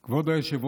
לבסוף,